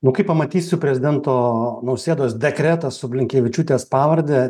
nu kai pamatysiu prezidento nausėdos dekretą su blinkevičiūtės pavarde